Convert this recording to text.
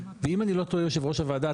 ואם אני לא טועה יושב ראש הוועדה,